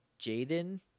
Jaden